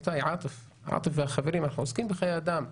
עאטף והחברים, אנחנו עוסקים בחיי אדם,